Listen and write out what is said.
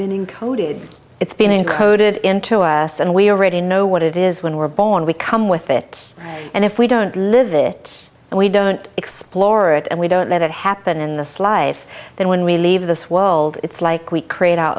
been encoded it's been a coded into us and we already know what it is when we're born we come with it and if we don't live it and we don't explore it and we don't let it happen in the slide then when we leave this world it's like we create our